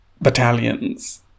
battalions